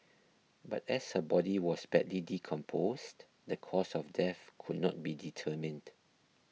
but as her body was badly decomposed the cause of death could not be determined